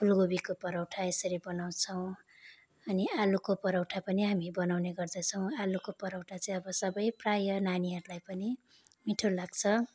फुलकोभीको परौठा यसरी बनाउँछौँ अनि आलुको परौठा पनि हामी बनाउने गर्दछौँ आलुको परौठा चाहिँ अब सबै प्रायः नानीहरूलाई पनि मिठो लाग्छ